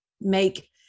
make